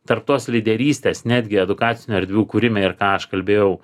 tarp tos lyderystės netgi edukacinių erdvių kūrime ir ką aš kalbėjau